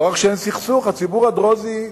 לא רק שאין סכסוך, הציבור הדרוזי הוא